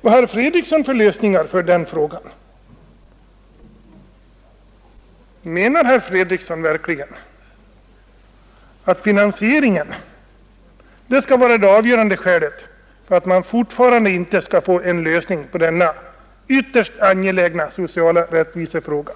Vad har herr Fredriksson för lösningar på den frågan? Menar herr Fredriksson verkligen att finansieringen skall vara det avgörande skälet för att man fortfarande inte skall få en lösning på denna ytterst angelägna sociala rättvisefråga?